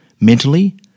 mentally